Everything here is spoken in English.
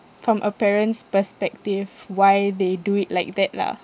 from a parent's perspective why they do it like that lah